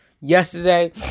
Yesterday